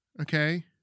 Okay